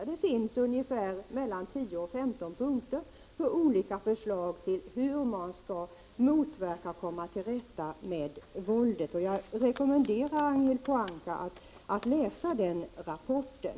Det finns mellan tio och femton punkter med olika förslag till hur man skall 153 kunna motverka och komma till rätta med våldet. Jag rekommenderar Ragnhild Pohanka att läsa rapporten.